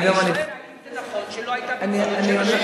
אני שואל האם זה נכון שלא היתה ביקורת שבע שנים.